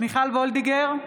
מיכל וולדיגר,